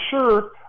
sure